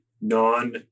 non